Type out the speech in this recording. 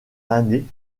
l’année